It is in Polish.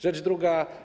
Rzecz druga.